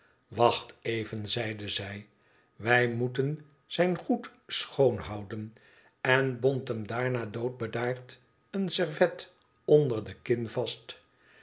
wacht even zeidezij t wij moeten zijn goed schoon houden en bond hem daarna doodbedaard een servet onder de kin vast